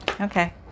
Okay